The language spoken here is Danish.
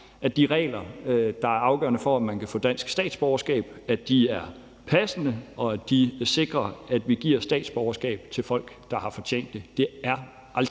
at de regler, der er afgørende for, at man kan få dansk statsborgerskab, er passende, og at de sikrer, at vi giver statsborgerskab til folk, der har fortjent det. Det er aldrig